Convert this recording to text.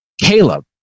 Caleb